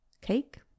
Cake